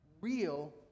real